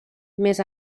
més